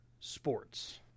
Sports